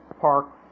Park